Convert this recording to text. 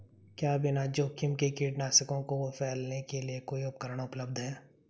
क्या बिना जोखिम के कीटनाशकों को फैलाने के लिए कोई उपकरण उपलब्ध है?